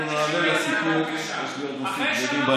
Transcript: אנחנו נעלה לסיכום, יש לי עוד